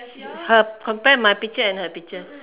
her compare my picture and her picture